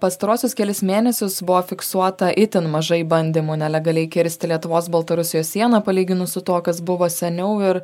pastaruosius kelis mėnesius buvo fiksuota itin mažai bandymų nelegaliai kirsti lietuvos baltarusijos sieną palyginus su tuo kas buvo seniau ir